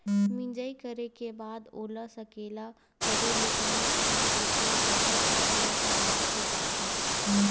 मिजई करे के बाद ओला सकेला करे ले पहिली पानी गिरगे तभो फसल ह खराब हो जाथे